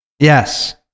Yes